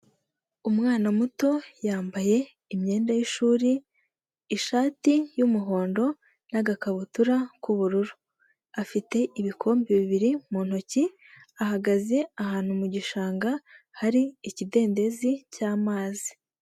Umwana muto yambaye imyenda y'ishuri; ishati yumuhondo nagakabutura k'ubururu. Afite ibikombe bibiri mu ntoki ahagaze ahantu mu gishanga hari ikidendezi cy'amazi.